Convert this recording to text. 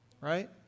Right